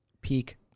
peak